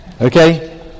Okay